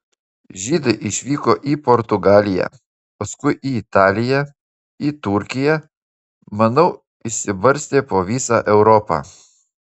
žydai išvyko į portugaliją paskui į italiją į turkiją manau išsibarstė po visą europą